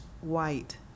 White